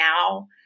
now